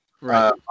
Right